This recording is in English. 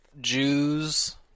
Jews